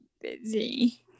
busy